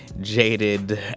jaded